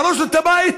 להרוס לו את הבית.